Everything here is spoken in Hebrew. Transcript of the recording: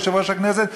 יושב-ראש הכנסת.